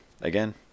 Again